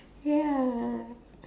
ya